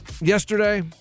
yesterday